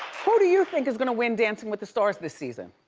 who do you think is gonna win dancing with the stars this season?